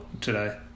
today